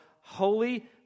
Holy